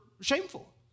shameful